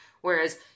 Whereas